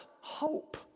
hope